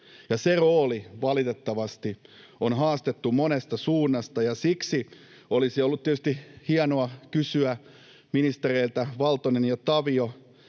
Se rooli valitettavasti on haastettu monesta suunnasta, ja siksi olisi ollut tietysti hienoa kysyä ministereiltä Valtonen ja Tavio